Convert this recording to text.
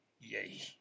yay